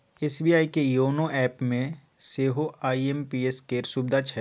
SBI के YONO एपमे सेहो आई.एम.पी.एस केर सुविधा छै